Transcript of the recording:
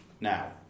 now